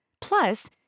Plus